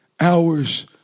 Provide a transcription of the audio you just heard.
hours